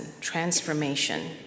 transformation